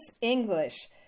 English